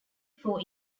four